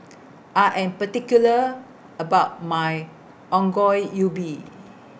I Am particular about My Ongol Ubi